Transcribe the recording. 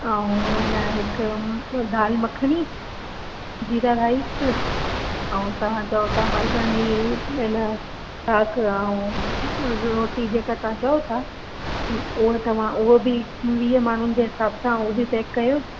ऐं हेन हिकु दाल मखणी जीरा राइस ऐं तव्हां चओ था मरघानी हेन शाक हा ऐं रोटी जेका तव्हां चओ था उहो तव्हां उहो बि वीह माण्हुनि जे हिसाब सां हू बि पैक कयो